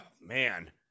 man